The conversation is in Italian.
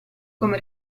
come